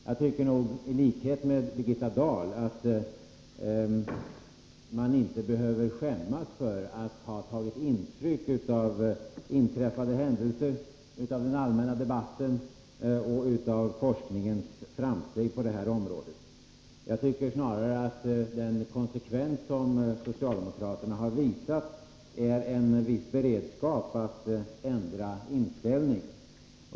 Jag tycker, i likhet med Birgitta Dahl, att man inte behöver skämmas för att ha tagit intryck av inträffade händelser, av den allmänna debatten och av forskningens framsteg på detta område. Jag tycker snarare att den konsekvens som socialdemokraterna har visat innebär en viss beredskap att ändra inställning.